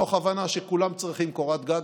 מתוך הבנה שכולם צריכים קורת גג,